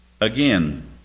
again